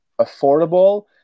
affordable